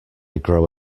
grow